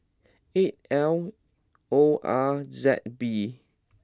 eight L O R Z B